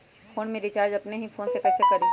Phone में recharge अपने ही फ़ोन से कईसे करी?